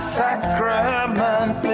sacrament